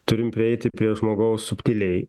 turim prieiti prie žmogaus subtiliai